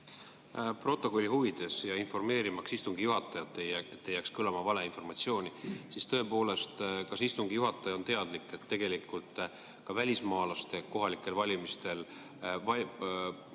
Stenogrammi huvides ja informeerimaks istungi juhatajat, et ei jääks kõlama valeinformatsiooni, siis küsin, kas istungi juhataja on teadlik, et tegelikult ka välismaalastele andis kohalikel valimistel